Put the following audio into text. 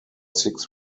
six